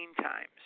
times